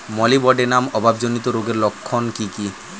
Molybdenum অভাবজনিত রোগের লক্ষণ কি কি?